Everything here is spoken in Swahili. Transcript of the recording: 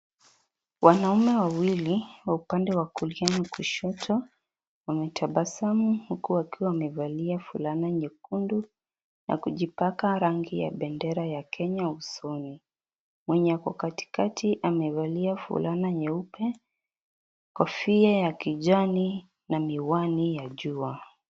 Wanaume wawili wa upande wa kulia na kushoto, wametabasamu huku wakiwa wamevalia fulana nyekundu, na kujipaka rangi ya bendera ya Kenya usoni, mwenye ako katikati amivalia fulana nyeupe, kofia ya kijani na miwani ya juwa.